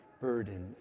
burden